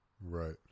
Right